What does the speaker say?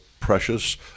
precious